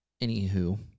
anywho